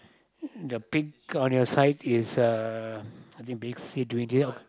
the pink on your side is uh I think big